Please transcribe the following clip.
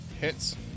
Hits